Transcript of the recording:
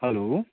hello